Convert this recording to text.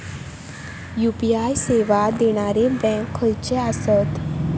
UPI सेवा देणारे bank खयचे आसत?